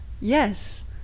yes